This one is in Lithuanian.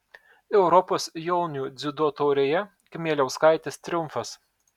europos jaunių dziudo taurėje kmieliauskaitės triumfas